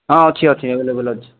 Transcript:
ହଁ ଅଛି ଅଛି ଆଭେଲେବଲ୍ ଅଛି